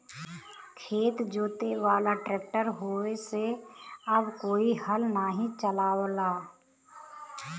खेत जोते वाला ट्रैक्टर होये से अब कोई हल नाही चलावला